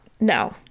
no